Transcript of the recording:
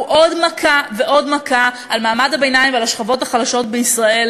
הוא עוד מכה ועוד מכה על מעמד הביניים ועל השכבות החלשות בישראל.